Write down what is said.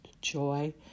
joy